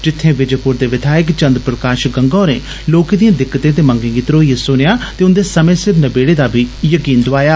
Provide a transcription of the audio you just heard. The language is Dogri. जित्थे विजयपुर दे विधायक चन्द्र प्रकाश गंगा होरें लोकें दिए दिक्कतें ते मंगें गी धरोइयै सुनेआ ते उन्दे समें सिर नबेडा करने दा बी यकीन दोआया